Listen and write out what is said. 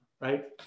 right